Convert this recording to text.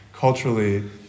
culturally